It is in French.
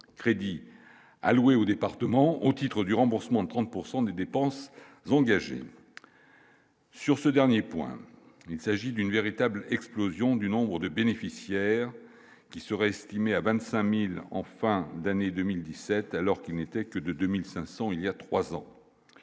crédits alloués au département au titre du remboursement de 30 pourcent des dépenses engagées. Sur ce dernier point, il s'agit d'une véritable explosion du nombre de bénéficiaires qui serait estimé à 25000 en fin d'année 2017 alors qu'il n'était que de 2500 il y a 3 ans,